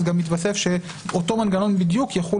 אז גם יתווסף שאותו מנגנון בדיוק יחול